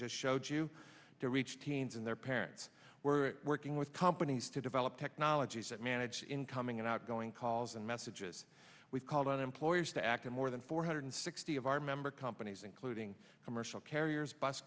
just showed you to reach teens and their parents we're working with companies to develop technologies that manage incoming and outgoing calls and messages we've called on employers to act in more than four hundred sixty of our member companies including commercial carriers bus